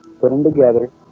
put them together